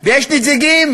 ויש נציגים